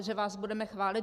Že vás budeme chválit?